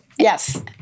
Yes